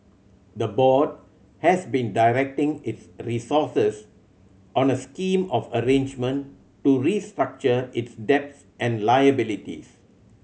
the board has been directing its resources on a scheme of arrangement to restructure its debts and liabilities